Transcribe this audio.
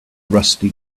rusty